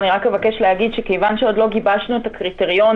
אני רק מבקשת להגיד שכיוון שעדיין לא גיבשנו את הקריטריונים,